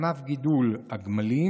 לגבי ענף גידול הגמלים,